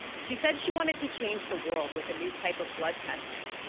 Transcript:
she said she wanted to change the world with a new type of blood testing.